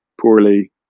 poorly